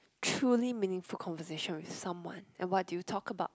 truly meaningful conversation with someone and what did you talk about